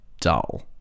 dull